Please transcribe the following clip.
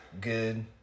Good